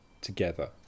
together